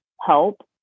help